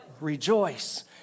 rejoice